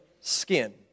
skin